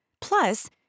Plus